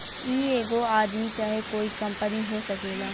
ई एगो आदमी चाहे कोइ कंपनी हो सकेला